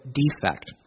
defect